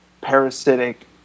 parasitic